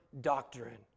doctrine